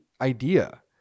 idea